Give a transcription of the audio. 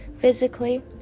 physically